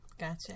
Gotcha